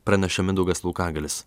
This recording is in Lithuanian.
pranaša mindaugas laukagalis